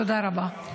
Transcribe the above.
תודה רבה.